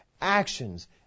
actions